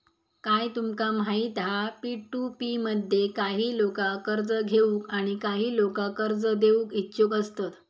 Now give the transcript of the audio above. काय तुमका माहित हा पी.टू.पी मध्ये काही लोका कर्ज घेऊक आणि काही लोका कर्ज देऊक इच्छुक असतत